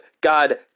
God